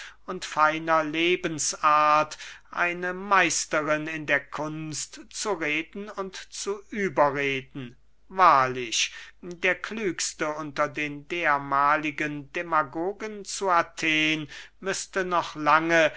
und feiner lebensart eine meisterin in der kunst zu reden und zu überreden wahrlich der klügste unter den dermahligen demagogen zu athen müßte noch lange